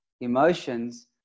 emotions